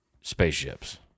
spaceships